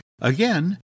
Again